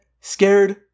scared